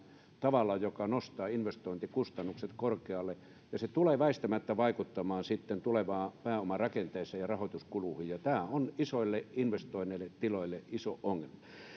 tavalla joka nostaa investointikustannukset korkealle ja se tulee väistämättä sitten vaikuttamaan tulevaan pääomarakenteeseen ja rahoituskuluihin ja ja tämä on isoille investoineille tiloille iso